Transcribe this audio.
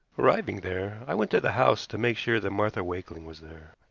arriving there, i went to the house to make sure that martha wakeling was there,